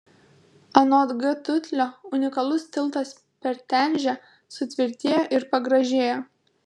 anot g tutlio unikalus tiltas per tenžę sutvirtėjo ir pagražėjo